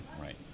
Right